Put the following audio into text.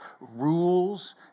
rules